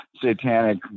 satanic